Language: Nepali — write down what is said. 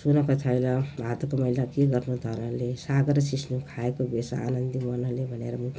सुनका थैला हातका मैला के गर्नु धनले साग र सिस्नु खाएको बेस आनन्दी मनले भनेर नि